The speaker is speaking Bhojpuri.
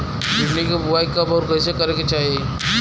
भिंडी क बुआई कब अउर कइसे करे के चाही?